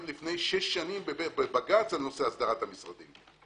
לפני שש שנים בבג"ץ על נושא הסדרת המשרדים,